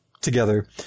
together